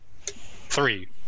Three